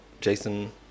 Jason